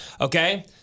okay